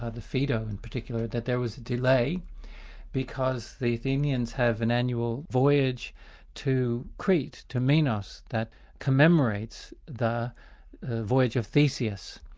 ah the phaedo in particular, that there was a delay because the athenians have an annual voyage to crete, to minos, that that commemorates the voyage of theseus.